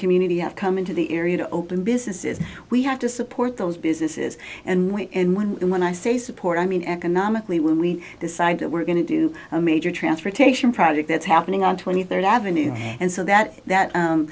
community have come into the area to open businesses we have to support those businesses and we in one when i say support i mean economically when we decide that we're going to do a major transportation project that's happening on twenty third avenue and so that that